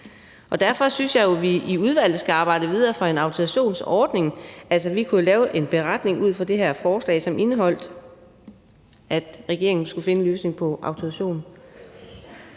og derfor synes jeg jo, at vi i udvalget skal arbejde videre for en autorisationsordning. Altså, vi kunne jo lave en beretning ud fra det her forslag, som indeholdt, at regeringen skulle finde en løsning på autorisationen.